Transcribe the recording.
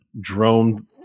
drone